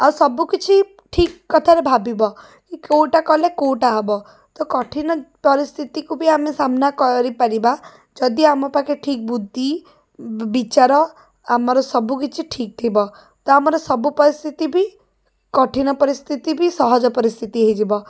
ଆଉ ସବୁକିଛି ଠିକ୍ କଥାରେ ଭାବିବ କେଉଁଟା କଲେ କେଉଁଟା ହେବ ତ କଠିନ ପରିସ୍ଥିତିକୁ ବି ଆମେ ସାମ୍ନା କରିପାରିବା ଯଦି ଆମ ପାଖରେ ଠିକ୍ ବୁଦ୍ଧି ବିଚାର ଆମର ସବୁକିଛି ଠିକ୍ ଥିବ ତ ଆମର ସବୁ ପରିସ୍ଥିତି ବି କଠିନ ପରିସ୍ଥିତି ବି ସହଜ ପରିସ୍ଥିତି ହେଇଯିବ